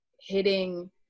hitting